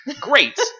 Great